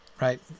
right